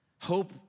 Hope